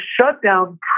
shutdown